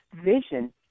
vision